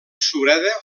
sureda